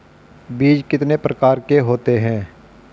बीज कितने प्रकार के होते हैं?